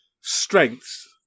strengths